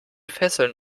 fesseln